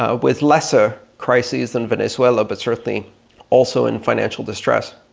ah with lesser crises than venezuela but certainly also in financial distress.